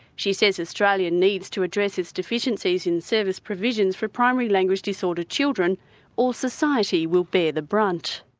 she says australia needs to address its deficiencies in service provisions for primary language disorder children or society will bear the brunt.